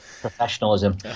Professionalism